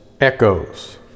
echoes